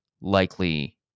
likely